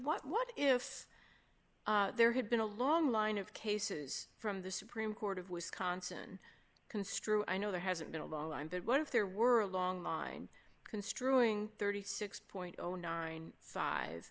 murphy what if there had been a long line of cases from the supreme court of wisconsin construe i know there hasn't been a long time but what if there were a long line construing thirty six point zero nine five